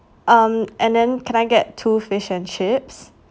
um and then can I get two fish and chips